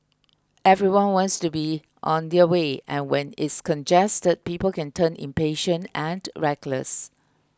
everyone wants to be on their way and when it's congested people can turn impatient and reckless